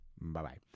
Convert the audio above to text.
Bye-bye